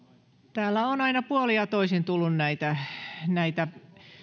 täällä on aina puolin ja toisin tullut näitä